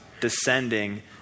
descending